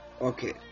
okay